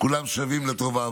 כולם שווים לטובה.